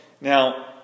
Now